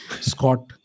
Scott